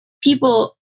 people